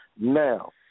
Now